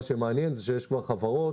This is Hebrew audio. מעניין שיש כבר חברות